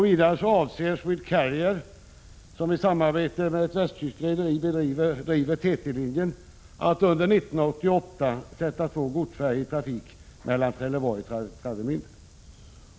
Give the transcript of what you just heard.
Vidare avser AB Swedcarrier, som i samarbete med ett västtyskt rederi driver TT-linjen, att under 1988 sätta två godsfärjor i trafik mellan Trelleborg och Travemände.